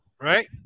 right